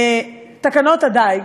תקנות הדיג,